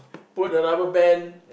put the rubber band